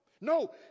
No